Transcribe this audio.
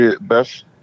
best